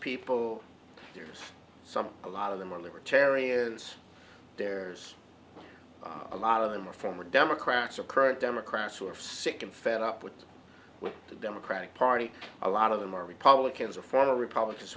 people there's some a lot of them are libertarians there's a lot of them are from are democrats are current democrats who are sick and fed up with the democratic party a lot of them are republicans a former republican